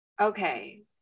Okay